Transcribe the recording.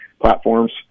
platforms